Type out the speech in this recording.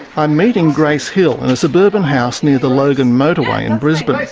i'm meeting grace hill in a suburban house near the logan motorway in brisbane.